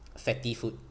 fatty food